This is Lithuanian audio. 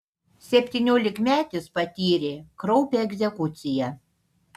septyniolikmetis patyrė kraupią egzekuciją